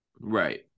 right